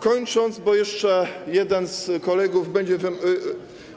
Kończąc, bo jeszcze jeden z kolegów